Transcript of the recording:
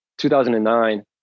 2009